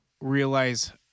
realize